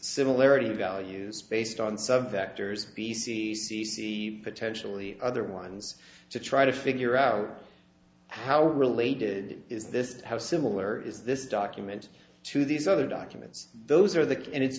similarity of values based on some factors b c c c potentially other ones to try to figure out how related is this how similar is this document to these other documents those are the can and it's